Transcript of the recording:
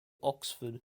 oxford